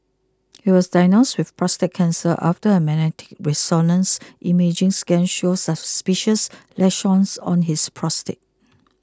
he was diagnosed with prostate cancer after a magnetic resonance imaging scan showed suspicious lesions on his prostate